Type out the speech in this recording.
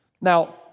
Now